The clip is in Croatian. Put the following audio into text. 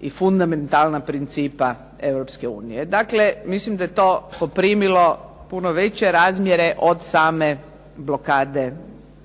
i fundamentalna principa Europske unije. Dakle, mislim da je to poprimilo puno veće razmjere od same blokade